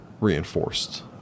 reinforced